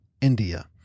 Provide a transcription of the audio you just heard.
India